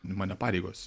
mane pareigos